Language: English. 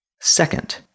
Second